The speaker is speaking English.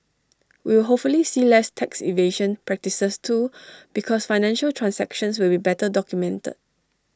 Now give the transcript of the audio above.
we will hopefully see less tax evasion practices too because financial transactions will be better documented